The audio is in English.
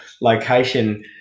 location